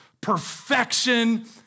perfection